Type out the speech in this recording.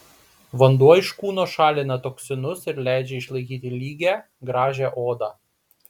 vanduo iš kūno šalina toksinus ir leidžia išlaikyti lygią gražią odą